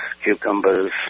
cucumbers